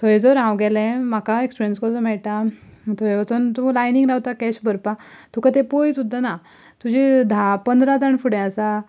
थंय जर हांव गेलें म्हाका एक्सपिरियंस कसो मेळटा थंय वचून तूं लायनीक रावता कॅश भरपा तुका थंय पळय सुद्दां ना तुजे धा पंदरा जाण फुडें आसा